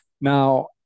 Now